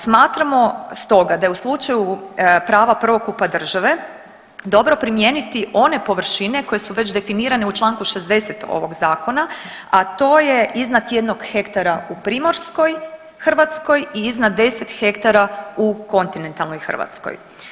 Smatramo stoga da je u slučaju prava prvokupa države dobro primijeniti one površine koje su već definirane u članku 60. ovog zakona, a to je iznad jednog hektara u primorskoj Hrvatskoj i iznad 10 ha u kontinentalnoj Hrvatskoj.